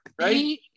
right